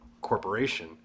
corporation